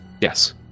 Yes